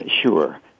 Sure